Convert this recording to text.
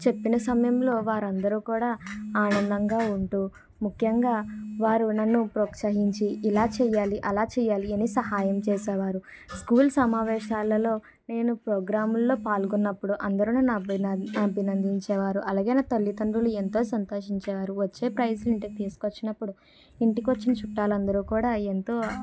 చెప్పిన సమయంలో వారందరూ కూడా ఆనందంగా ఉంటూ ముఖ్యంగా వారు నన్ను ప్రోత్సహించి ఇలా చేయాలి అలా చేయాలి అని సహాయం చేసేవారు స్కూల్ సమావేశాలలో నేను ప్రోగ్రాముల్లో పాల్గొన్నప్పుడు అందరూ నన్ను అభినయ అభినందించేవారు అలాగే నా తల్లిదండ్రులు ఎంతో సంతోషించే వారు వచ్చే ప్రైజ్ని ఇంటికి తీసుకొచ్చినప్పుడు ఇంటికి వచ్చిన చుట్టాలు అందరు కూడా ఎంతో